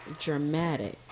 Dramatic